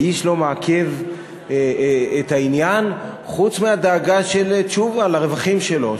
ואיש לא מעכב את העניין חוץ מהדאגה של תשובה לרווחים שלו,